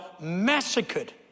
massacred